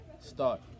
start